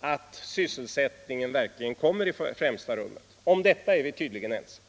att sysselsättningen verkligen kommer i främsta rummet. Om detta är vi tydligen ense.